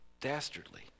dastardly